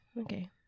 Okay